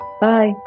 Bye